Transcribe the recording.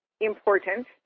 important